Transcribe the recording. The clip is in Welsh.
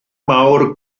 mawr